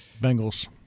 Bengals